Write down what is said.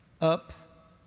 up